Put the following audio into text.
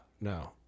no